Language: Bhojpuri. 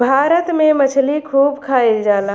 भारत में मछली खूब खाईल जाला